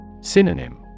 Synonym